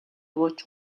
өгөөч